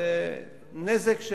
זה נזק,